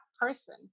person